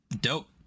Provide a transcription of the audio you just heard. Dope